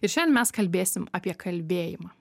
ir šiandien mes kalbėsim apie kalbėjimą